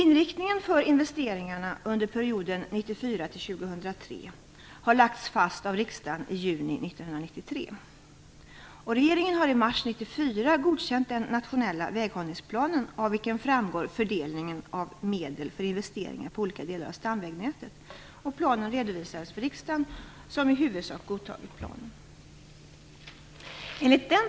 1994-2003 har lagts fast av riksdagen i juni 1993. Regeringen har i mars 1994 godkänt den nationella väghållningsplanen, av vilken framgår fördelningen av medel för investeringar på olika delar av stamvägnätet. Planen har redovisats för riksdagen, som huvudsak godtagit planen.